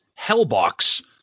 Hellbox